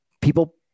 people